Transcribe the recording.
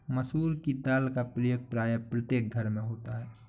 मसूर की दाल का प्रयोग प्रायः प्रत्येक घर में होता है